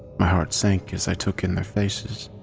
my heart sank as i took in their faces,